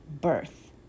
birth